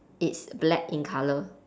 it's black in colour